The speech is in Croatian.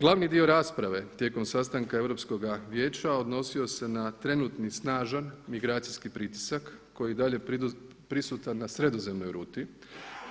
Glavni dio rasprave tijekom sastanka Europskoga vijeća odnosio se na trenutni snažan migracijski pritisak koji je i dalje prisutan na sredozemnoj ruti